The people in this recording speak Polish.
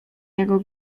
jego